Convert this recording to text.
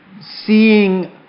seeing